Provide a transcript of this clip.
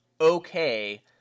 okay